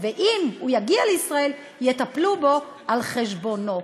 ואם הוא יגיע לישראל יטפלו בו על חשבונו,